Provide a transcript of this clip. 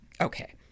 Okay